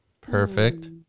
Perfect